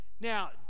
Now